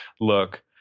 look